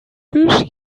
fish